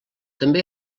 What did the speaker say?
també